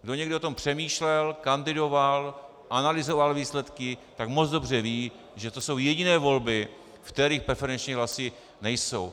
Kdo o tom někdy přemýšlel, kandidoval, analyzoval výsledky, tak moc dobře ví, že to jsou jediné volby, ve kterých preferenční hlasy nejsou.